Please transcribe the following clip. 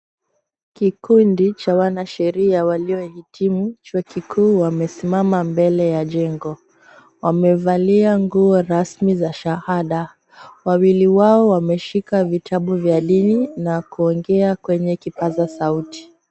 Kikundi cha wanasheria waliohitimu chuo kikuu wamesimama mbele ya jengo. Wamevalia nguo rasmi za shahada. Wawili wao wameshika vitabu vya dini na kuongea kwenye kipaza sauti.